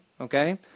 okay